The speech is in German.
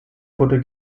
wurde